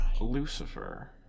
Lucifer